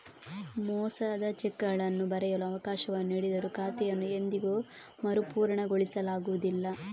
ಮೋಸದ ಚೆಕ್ಗಳನ್ನು ಬರೆಯಲು ಅವಕಾಶವನ್ನು ನೀಡಿದರೂ ಖಾತೆಯನ್ನು ಎಂದಿಗೂ ಮರುಪೂರಣಗೊಳಿಸಲಾಗುವುದಿಲ್ಲ